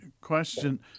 question